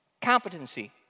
Competency